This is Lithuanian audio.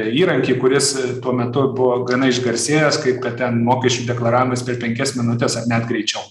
įrankį kuris tuo metu buvo gana išgarsėjęs kaip kad ten mokesčių deklaravimas per penkias minutes ar net greičiau